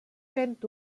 fent